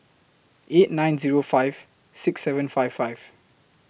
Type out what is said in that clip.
eight nine Zero five six seven five five